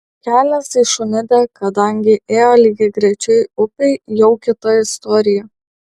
kelias į šunidę kadangi ėjo lygiagrečiai upei jau kita istorija